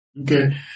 Okay